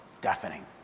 deafening